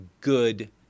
good